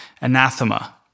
anathema